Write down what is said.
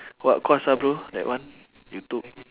what course ah bro that one you took